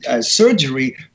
surgery